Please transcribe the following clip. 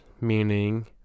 meaning